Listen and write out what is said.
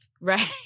Right